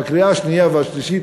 בקריאה השנייה והשלישית,